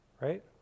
right